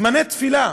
זמני תפילה,